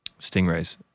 stingrays